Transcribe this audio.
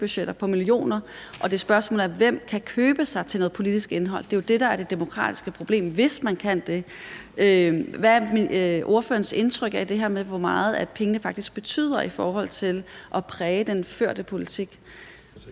kampagnebudgetter på millioner, og spørgsmålet er, hvem der kan købe sig til noget politisk indhold. Det er jo det, der er det demokratiske problem, altså hvis man kan det. Hvad er ordførerens indtryk af det her med, hvor meget pengene faktisk betyder i forhold til at præge den førte politik?